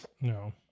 No